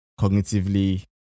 cognitively